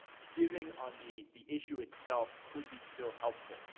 giving on the the issue itself could be still helpful.